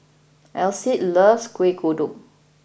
Alcide loves Kueh Kodok